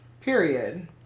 Period